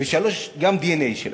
3. גם דנ"א שלהם.